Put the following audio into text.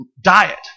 diet